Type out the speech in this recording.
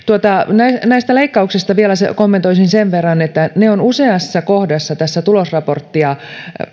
näistä näistä leikkauksista vielä kommentoisin sen verran että ne on useassa kohdassa tätä tulosraporttia